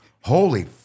Holy